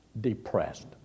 depressed